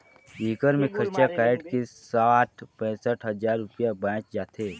एकड़ मे खरचा कायट के साठ पैंसठ हजार रूपिया बांयच जाथे